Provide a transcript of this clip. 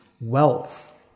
wealth